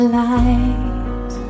light